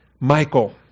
Michael